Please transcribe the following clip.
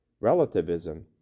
relativism